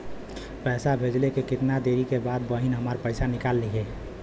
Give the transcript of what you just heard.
पैसा भेजले के कितना देरी के बाद बहिन हमार पैसा निकाल लिहे?